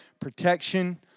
protection